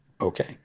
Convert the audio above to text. okay